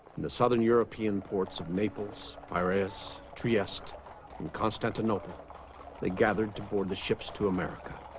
in the southern european ports of naples iras trieste and constantinople they gathered to board the ships to america